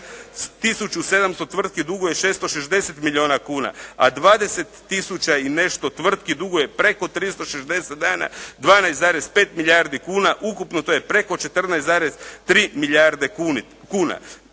700 tvrtki duguje 660 milijuna kuna, a 20 tisuća i nešto tvrtki duguje preko 360 dana 12,5 milijardi kuna ukupno, to je preko 14,3 milijarde kuna.